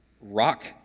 rock